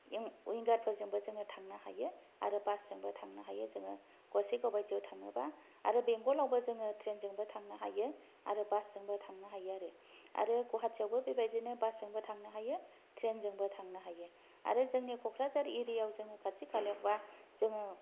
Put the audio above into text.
उइंगारफोरजोंबो जोङो थांनो हायो आरो बासजोंबो थांनो हायो जोङो गसायगाव बादियाव थाङोबा आरो बेंगलावबो जोङो ट्रेनजोंबो थांनो हायो आरो बासजोंबो थांनो हायो आरो आरो गुवाहाटीयावबो बेबायदिनो बासजोंबो थांनो हायो ट्रेनजोंबो थांनो हायो आरो जोंनि कक्राझार एरियायाव जोङो खाथि खालायावबा जोङो